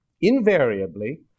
invariably